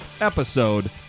episode